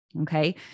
okay